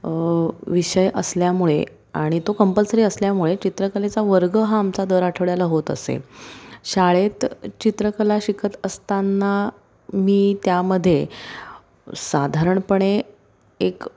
विषय असल्यामुळे आणि तो कंपल्सरी असल्यामुळे चित्रकलेचा वर्ग हा आमचा दर आठवड्याला होत असे शाळेत चित्रकला शिकत असताना मी त्यामध्ये साधारणपणे एक